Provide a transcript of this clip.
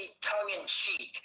tongue-in-cheek